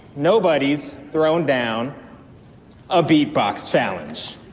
nobody's thrown down a beatbox challenge.